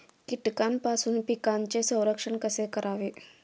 कीटकांपासून पिकांचे संरक्षण कसे करावे?